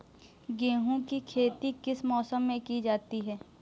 गेहूँ की खेती किस मौसम में की जाती है?